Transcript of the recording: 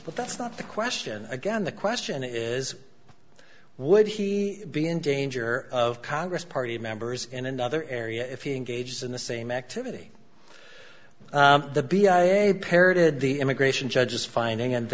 but that's not the question again the question is would he be in danger of congress party members in another area if he engaged in the same activity the b i a parroted the immigration judges finding and